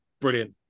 brilliant